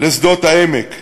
לשדות העמק.